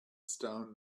stone